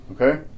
Okay